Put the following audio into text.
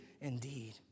indeed